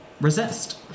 Resist